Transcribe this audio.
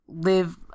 Live